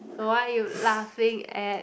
why you laughing at